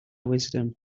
wisdom